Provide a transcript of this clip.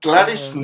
Gladys